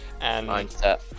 Mindset